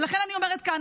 ולכן אני אומרת כאן,